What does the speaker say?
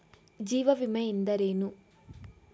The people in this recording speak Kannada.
ಜೀವ ವಿಮೆ ಎಂದರೇನು?